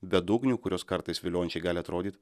bedugnių kurios kartais viliojančiai gali atrodyt